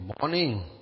morning